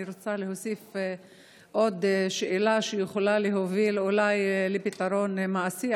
אני רוצה להוסיף שאלה שיכולה להוביל אולי לפתרון מעשי.